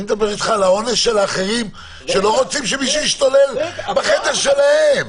אני מדבר איתך על העונש של האחרים שלא רוצים שמישהו ישתולל בחדר שלהם.